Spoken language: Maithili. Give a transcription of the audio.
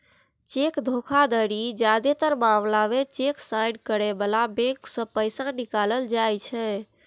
चेक धोखाधड़ीक जादेतर मामला मे चेक साइन करै बलाक बैंक सं पैसा निकालल जाइ छै